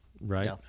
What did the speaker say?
Right